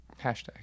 Hashtag